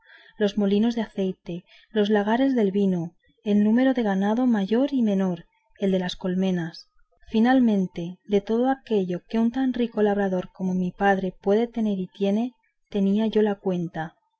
los molinos de aceite los lagares de vino el número del ganado mayor y menor el de las colmenas finalmente de todo aquello que un tan rico labrador como mi padre puede tener y tiene tenía yo la cuenta